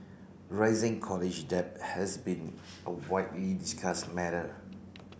rising college debt has been a widely discussed matter